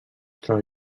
troba